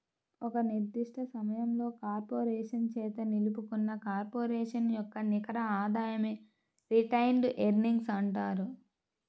ఒక నిర్దిష్ట సమయంలో కార్పొరేషన్ చేత నిలుపుకున్న కార్పొరేషన్ యొక్క నికర ఆదాయమే రిటైన్డ్ ఎర్నింగ్స్ అంటారు